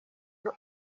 iyo